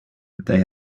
they